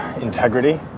integrity